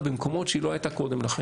במקומות שהיא לא הייתה בהם קודם לכן.